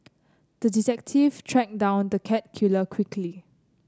the detective tracked down the cat killer quickly